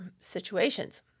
situations